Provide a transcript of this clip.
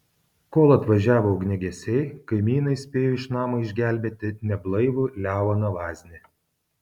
kol atvažiavo ugniagesiai kaimynai spėjo iš namo išgelbėti neblaivų leoną vaznį